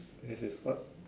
this is what